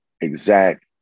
exact